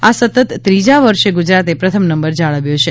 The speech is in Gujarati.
આ સતત ત્રીજા વર્ષે ગુજરાતે પ્રથમ નંબર જાળવ્યો છે